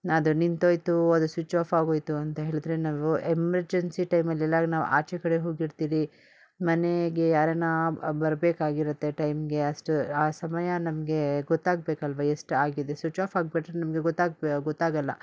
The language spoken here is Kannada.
ಅದು ನಿಂತೋಯಿತು ಅದು ಸ್ವಿಚ್ ಆಫ್ ಆಗೋಯಿತು ಅಂತ ಹೇಳಿದ್ರೆ ನಾವು ಎಮರ್ಜೆನ್ಸಿ ಟೈಮಲ್ಲಿ ಎಲ್ಲರು ನಾವು ಆಚೆಕಡೆ ಹೋಗಿರ್ತಿವಿ ಮನೆಗೆ ಯಾರಾನ ಬರಬೇಕಾಗಿರುತ್ತೆ ಟೈಮ್ಗೆ ಅಷ್ಟು ಆ ಸಮಯ ನಮಗೆ ಗೊತ್ತಾಗಬೇಕಲ್ವಾ ಎಷ್ಟಾಗಿದೆ ಸ್ವಿಚ್ ಆಫ್ ಆಗಿಬಿಟ್ರೆ ನಮಗೆ ಗೊತ್ತಾಗ್ಬೆ ಗೊತ್ತಾಗಲ್ಲ